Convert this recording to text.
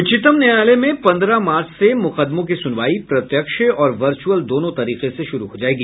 उच्चतम न्यायालय में पन्द्रह मार्च से मुकदमों की सुनवाई प्रत्यक्ष और वर्च्रअल दोनों तरीके से शुरू हो जाएगी